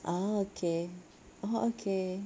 ah okay oh okay